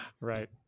Right